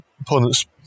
opponent's